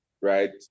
right